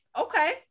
Okay